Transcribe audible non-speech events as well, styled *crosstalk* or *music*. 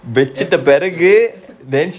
and put vegetable *laughs*